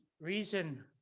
reason